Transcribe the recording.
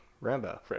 Rambo